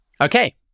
Okay